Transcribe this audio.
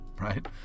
Right